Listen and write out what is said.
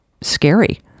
scary